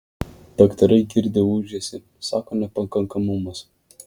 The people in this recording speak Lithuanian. daktarai girdi ūžesį sako nepakankamumas